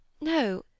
No